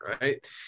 Right